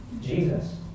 Jesus